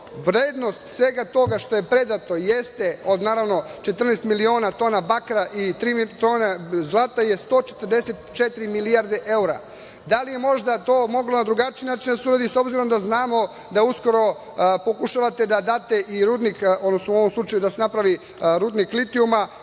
vrednost svega toga što je predato jeste, od naravno, 14 miliona, tona bakra i tri tona zlata, je 144 milijarde evra. Da li je možda to moglo na drugačiji način da se uradi s obzirom da znamo da uskoro pokušavate da date i rudnik, odnosno u ovom slučaju da se napravi rudnik litijuma